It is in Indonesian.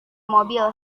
mobil